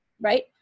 right